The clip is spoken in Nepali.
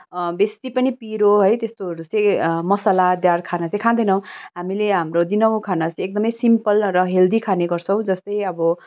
बेसी पनि पिरो है त्यस्तोहरू चाहिँ मसालादार खाना चाहिँ खाँदैनौँ हामीले हाम्रो दिनहु खाना चाहिँ एकदमै सिम्पल र हेल्दी खाने गर्छौँ जस्तै अब